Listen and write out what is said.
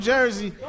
Jersey